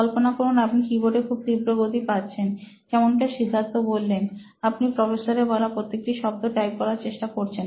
কল্পনা করুন আপনি কিবোর্ডে খুব তীব্র গতি পাচ্ছেন যেমনটা সিদ্ধার্থ বললেন আপনি প্রফেসরের বলা প্রত্যেকটি শব্দ টাইপ করার চেষ্টা করছেন